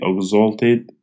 exalted